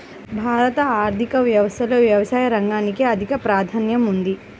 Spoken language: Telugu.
భారత ఆర్థిక వ్యవస్థలో వ్యవసాయ రంగానికి అధిక ప్రాధాన్యం ఉంది